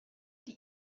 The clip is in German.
die